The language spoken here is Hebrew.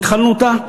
שהתחלנו אותה.